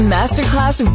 Masterclass